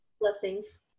Blessings